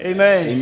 Amen